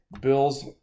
Bills